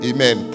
Amen